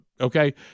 Okay